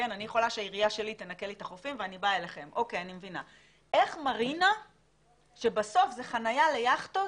איך מרינה שבסוף היא חניה ליכטות,